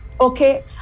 okay